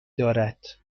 دارد